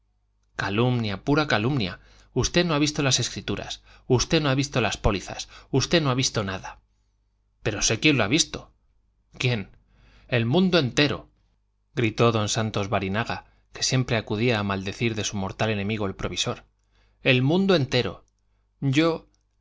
calumnia pura calumnia usted no ha visto las escrituras usted no ha visto las pólizas usted no ha visto nada pero sé quien lo ha visto quién el mundo entero gritó don santos barinaga que siempre acudía a maldecir de su mortal enemigo el provisor el mundo entero yo